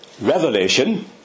Revelation